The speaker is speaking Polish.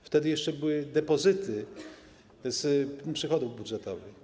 Wtedy jeszcze były depozyty z przychodów budżetowych.